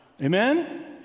Amen